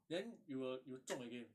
then you will you will 中 again